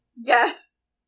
Yes